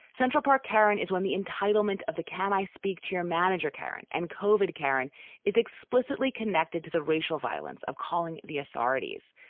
central park karen is when the entitlement of the can i speak to your manager karen and covered karen is explicitly connected to the racial violence of calling the authorities.